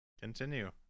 Continue